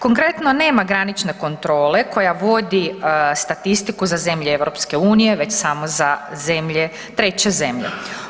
Konkretno, nema granične kontrole koja vodi statistiku za zemlje EU već samo za zemlje, treće zemlje.